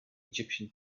egyptian